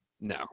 No